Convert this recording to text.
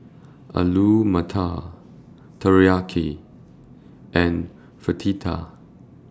Alu Matar Teriyaki and